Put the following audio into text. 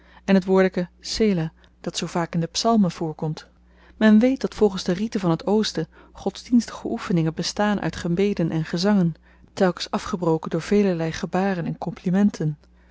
en t woordeke sela dat zoo vaak in de psalmen voorkomt men weet dat volgens de riten van het oosten godsdienstige oefeningen bestaan uit gebeden en gezangen telkens afgebroken door velerlei gebaren en komplimenten